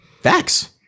Facts